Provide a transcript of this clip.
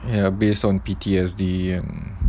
ya based on P_T_S_D ya